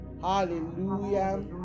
Hallelujah